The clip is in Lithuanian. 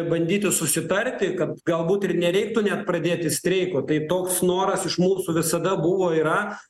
bandyti susitarti kad galbūt ir nereiktų net pradėti streiko tai toks noras iš mūsų visada buvo yra